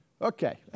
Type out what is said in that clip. Okay